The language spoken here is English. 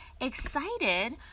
excited